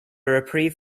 reprieve